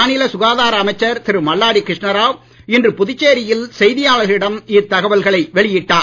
மாநில சுகாதார அமைச்சர் திரு மல்லாடி கிருஷ்ணா இன்று புதுச்சேரியில் செய்தியாளர்களிடம் இத்தகவல்களை ராவ் வெளியிட்டார்